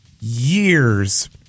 years